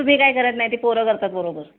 तुम्ही काय करत नाही ती पोरं करतात बरोबर